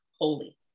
holy